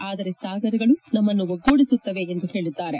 ಆದರೆ ಸಾಗರಗಳು ನಮ್ಮನ್ನು ಒಗ್ಗೂಡಿಸುತ್ತವೆ ಎಂದು ಹೇಳಿದ್ದಾರೆ